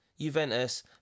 Juventus